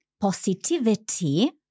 positivity